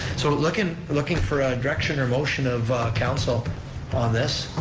so, looking looking for a direction or motion of council on this.